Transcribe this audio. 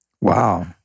wow